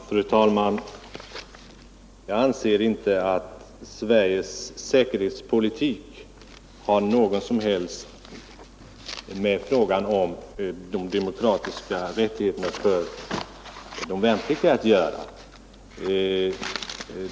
Fru talman! Jag anser inte att Sveriges säkerhetspolitik har något med frågan om de demokratiska rättigheterna för de värnpliktiga att göra.